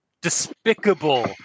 despicable